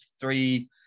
three